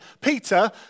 Peter